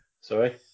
Sorry